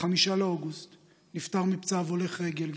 ב-5 באוגוסט נפטר מפצעיו הולך רגל,